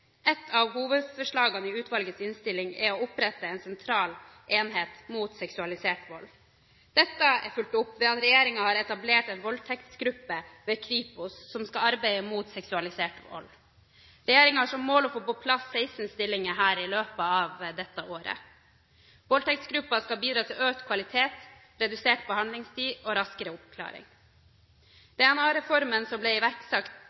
Et av hovedforslagene i utvalgets innstilling er å opprette en sentral enhet mot seksualisert vold. Dette er fulgt opp ved at regjeringen har etablert en voldtektsgruppe ved Kripos som skal arbeide mot seksualisert vold. Regjeringen har som mål å få på plass 16 stillinger her i løpet av dette året. Voldtektsgruppen skal bidra til økt kvalitet, redusert behandlingstid og raskere oppklaring. DNA-reformen som ble iverksatt